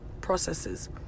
processes